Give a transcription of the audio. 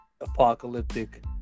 apocalyptic